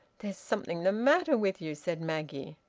there's something the matter with you, said maggie.